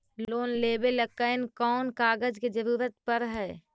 Loan लेबे ल कैन कौन कागज के जरुरत पड़ है?